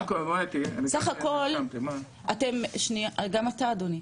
גם אתה, אדוני.